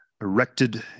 erected